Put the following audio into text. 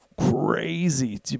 crazy